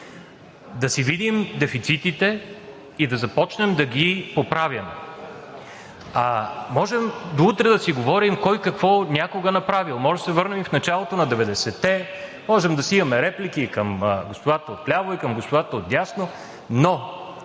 да си видим дефицитите и да започнем да ги поправяме. Можем до утре да си говорим кой какво някога е направил, може да се върнем в началото на 90-те, можем да си имаме реплики към господата отляво и към господата отдясно, но